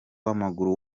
w’amaguru